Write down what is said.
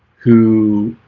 who?